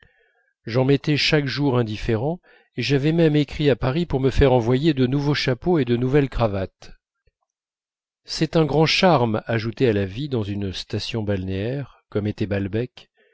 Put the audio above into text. j'en mettais chaque jour un différent et j'avais même écrit à paris pour me faire envoyer de nouveaux chapeaux et de nouvelles cravates c'est un grand charme ajouté à la vie dans une station balnéaire comme était balbec